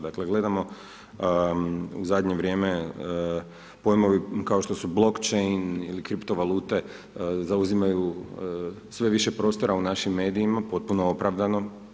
Dakle gledamo u zadnje vrijeme pojmovi kao što su blokchain ili kriptovalute zauzimaju sve više prostora u našim medijima, potpuno opravdano.